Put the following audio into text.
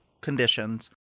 conditions